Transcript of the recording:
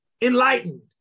Enlightened